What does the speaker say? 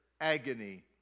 agony